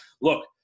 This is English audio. Look